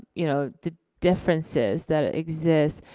you know, the differences that exist.